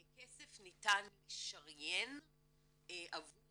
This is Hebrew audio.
כסף ניתן לשריין עבור